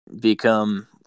become